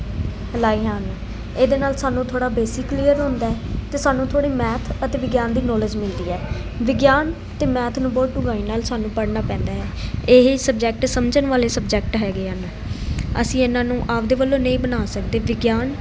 ਲਾਈਆਂ ਹਨ ਇਹਦੇ ਨਾਲ ਸਾਨੂੰ ਥੋੜ੍ਹਾ ਬੇਸਿਕ ਕਲੀਅਰ ਹੁੰਦਾ ਅਤੇ ਸਾਨੂੰ ਥੋੜ੍ਹੀ ਮੈਥ ਅਤੇ ਵਿਗਿਆਨ ਦੀ ਨੌਲੇਜ ਮਿਲਦੀ ਹੈ ਵਿਗਿਆਨ ਅਤੇ ਮੈਥ ਨੂੰ ਬਹੁਤ ਡੂੰਘਾਈ ਨਾਲ ਸਾਨੂੰ ਪੜ੍ਹਨਾ ਪੈਂਦਾ ਹੈ ਇਹ ਸਬਜੈਕਟ ਸਮਝਣ ਵਾਲੇ ਸਬਜੈਕਟ ਹੈਗੇ ਹਨ ਅਸੀਂ ਇਹਨਾਂ ਨੂੰ ਆਪਦੇ ਵੱਲੋਂ ਨਹੀਂ ਬਣਾ ਸਕਦੇ ਵਿਗਿਆਨ